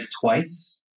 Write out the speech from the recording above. twice